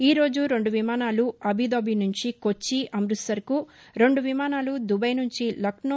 ఈరోజు రెండు విమానాలు అబుదాబి నుంచి కొచ్చి అమ్బత్సర్కు రెండు విమానాలు దుబాయ్ నుంచి లక్నో